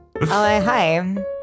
hi